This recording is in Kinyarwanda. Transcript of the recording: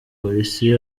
police